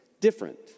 different